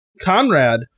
Conrad